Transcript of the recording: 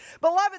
Beloved